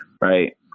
Right